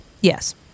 Yes